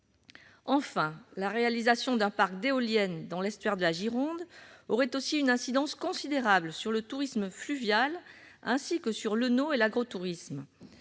Enfin, la réalisation d'un parc d'éoliennes dans l'estuaire de la Gironde aurait aussi une incidence considérable sur le tourisme fluvial, ainsi que sur l'oeno et l'agro-tourisme.